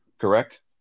correct